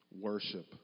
worship